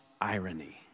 irony